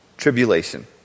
Tribulation